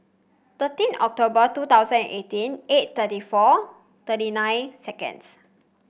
thirteen October two thousand and eighteen eight thirty four thirty nine seconds